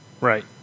right